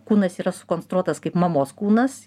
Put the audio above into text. kūnas yra sukonstruotas kaip mamos kūnas